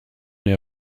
der